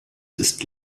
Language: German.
ist